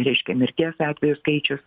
reiškia mirties atvejų skaičius